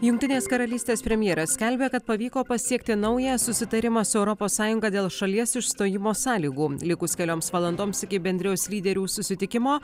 jungtinės karalystės premjeras skelbia kad pavyko pasiekti naują susitarimą su europos sąjunga dėl šalies išstojimo sąlygų likus kelioms valandoms iki bendrijos lyderių susitikimo